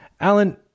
Alan